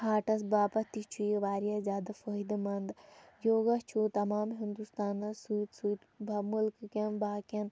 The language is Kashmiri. ہارٹَس باپَتھ تہِ چھُ یہِ واریاہ زیادٕ مٲیدٕ منٛد یوگا چھُ تمام ہنٛدوستانَس سۭتۍ سۭتۍ با مُلکہٕ کیٚن باقِیَن